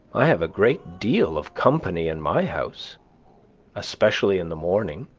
i have a great deal of company in my house especially in the morning,